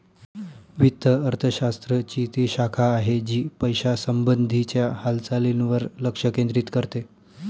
वित्त अर्थशास्त्र ची ती शाखा आहे, जी पैशासंबंधी च्या हालचालींवर लक्ष केंद्रित करते